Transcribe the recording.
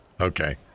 okay